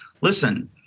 listen